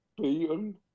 beaten